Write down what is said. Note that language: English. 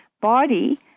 body